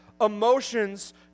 Emotions